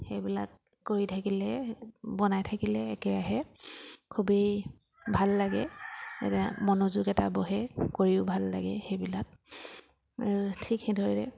সেইবিলাক কৰি থাকিলে বনাই থাকিলে একেৰাহে খুবেই ভাল লাগে এটা মনোযোগ এটা বহে কৰিও ভাল লাগে সেইবিলাক আৰু ঠিক সেইদৰে